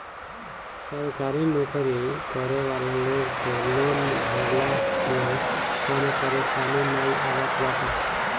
सरकारी नोकरी करे वाला लोग के लोन भरला में कवनो परेशानी नाइ आवत बाटे